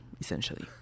essentially